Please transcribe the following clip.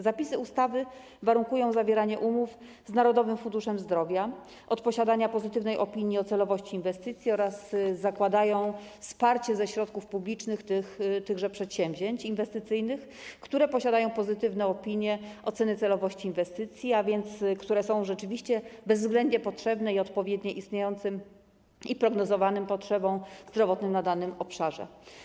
Zapisy ustawy warunkują zawieranie umów z Narodowym Funduszem Zdrowia od posiadania pozytywnej opinii o celowości inwestycji oraz zakładają wsparcie ze środków publicznych tych przedsięwzięć inwestycyjnych, które posiadają pozytywne opinie o celowości inwestycji, a więc przedsięwzięć, które są rzeczywiście bezwzględnie potrzebne i odpowiadające istniejącym i prognozowanym potrzebom zdrowotnym na danym obszarze.